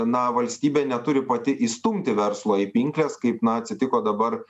na valstybė neturi pati įstumti verslo į pinkles kaip na atsitiko dabar